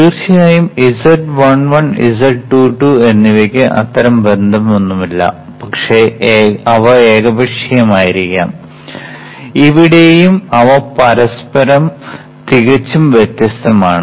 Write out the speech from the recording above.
തീർച്ചയായും z11 z22 എന്നിവയ്ക്ക് അത്തരം ബന്ധമൊന്നുമില്ല അവ ഏകപക്ഷീയമായിരിക്കാം ഇവിടെയും അവ പരസ്പരം തികച്ചും വ്യത്യസ്തമാണ്